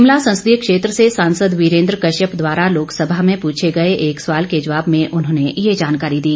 शिमला संसदीय क्षेत्र से सांसद वीरेंद्र कश्यप द्वारा लोकसभा में पूछे गए एक सवाल के जवाब में उन्होंने ये जानकारी दी